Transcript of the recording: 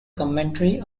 commentary